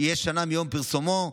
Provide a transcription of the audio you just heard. תהיה שנה מיום פרסומו,